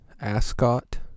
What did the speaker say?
ascot